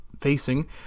facing